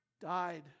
died